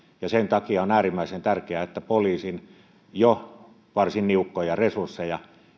sen takia on äärimmäisen tärkeää että poliisin jo varsin niukkoja resursseja